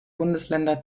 bundesländer